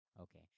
Okay